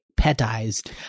petized